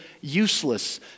useless